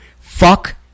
Fuck